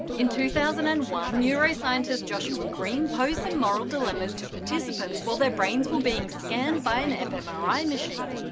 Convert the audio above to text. in two thousand and one, neuroscientist joshua greene posed some moral dilemmas to participants while their brains were being scanned by an fmri machine.